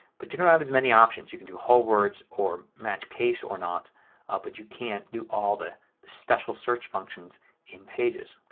but you don't have as many options. you can do whole words or match case or not ah but you can't do all the the special search functions in pages.